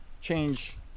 change